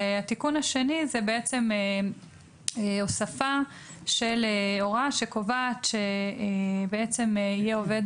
התיקון השני הוא הוספה של הוראה שקובעת שיהיה עובד